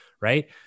right